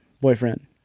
boyfriend